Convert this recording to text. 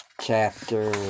Chapter